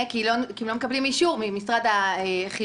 כי הם לא מקבלים אישור ממשרד החינוך.